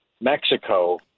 Mexico